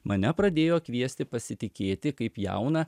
mane pradėjo kviesti pasitikėti kaip jauną